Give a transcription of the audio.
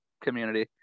community